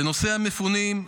-- בנושא המפונים,